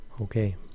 Okay